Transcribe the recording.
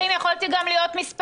מקום שני זה לא --- זה אהבה?